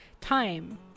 time